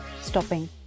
stopping